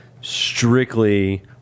strictly